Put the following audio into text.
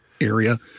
area